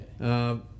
okay